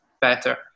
better